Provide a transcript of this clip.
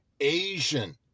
Asian